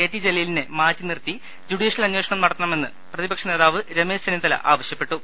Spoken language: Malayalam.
ടി ജലീലിനെ മാറ്റി നിർത്തി ജുഡീ ഷ്യൽ അന്വേഷണം നടത്തണമെന്ന് പ്രതിപക്ഷ നേതാവ് രമേശ് ചെന്നിത്തല ആവശ്യപ്പെട്ടു